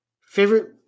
Favorite